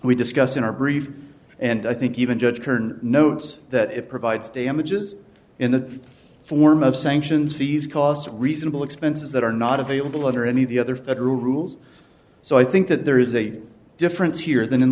we discussed in our brief and i think even judge kern notes that it provides damages in the form of sanctions fees costs reasonable expenses that are not available under any of the other federal rules so i think that there is a difference here than in